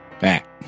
Back